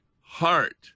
heart